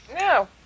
No